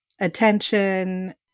attention